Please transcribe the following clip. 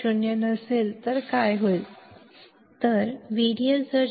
तो VDS ≠ 0 volt आहे